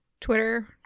Twitter